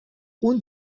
اون